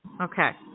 Okay